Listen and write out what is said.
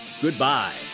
Goodbye